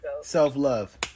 Self-love